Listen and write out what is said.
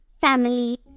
family